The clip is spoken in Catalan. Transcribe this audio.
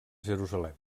jerusalem